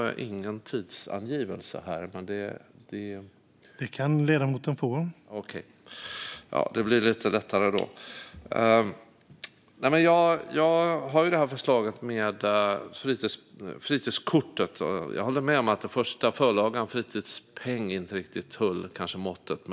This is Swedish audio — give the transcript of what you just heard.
Jag har som sagt ett förslag om ett fritidskort och håller med om att förlagan, en fritidspeng, inte riktigt höll måttet.